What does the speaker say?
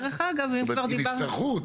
אם יצטרכו.